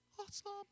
awesome